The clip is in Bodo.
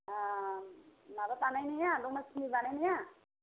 माबा बानायनाया दमासिनि बानायनाया